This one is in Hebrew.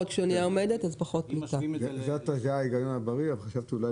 זה ההיגיון הבריא אבל חשבתי שאולי